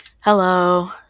Hello